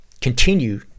continue